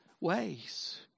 ways